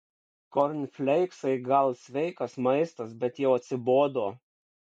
kornfleiksai gal sveikas maistas bet jau atsibodo